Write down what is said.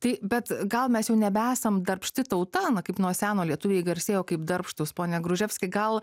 tai bet gal mes jau nebesame darbšti tauta na kaip nuo seno lietuviai garsėjo kaip darbštūs pone gruževski gal